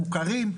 הם מוכרים,